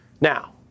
Now